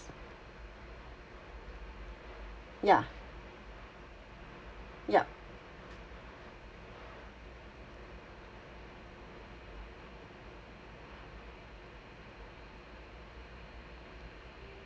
ya yup